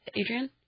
Adrian